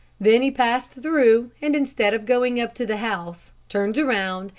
then he passed through, and instead of going up to the house, turned around,